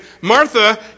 Martha